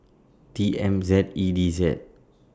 T M Z E D Z